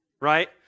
right